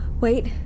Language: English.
Wait